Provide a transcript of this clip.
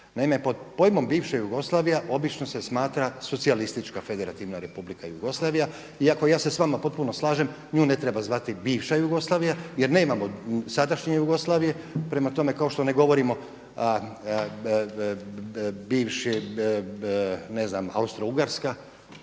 Naime, pod pojmom bivša Jugoslavija obično se smatra Socijalistička Federativna Republike Jugoslavija iako ja se sa vama potpuno slažem nju ne treba zvati bivša Jugoslavija, jer nemamo sadašnje Jugoslavije. Prema tome, kao što ne govorimo bivši ne znam Austro-ugarska,